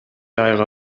айга